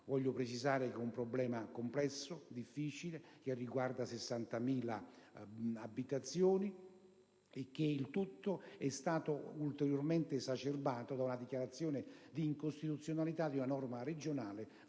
Vorrei precisare che si tratta di un problema complesso e difficile, che riguarda 60.000 abitazioni. Il tutto è stato ulteriormente esacerbato da una dichiarazione di incostituzionalità di una norma regionale fatta